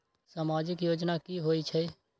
समाजिक योजना की होई छई?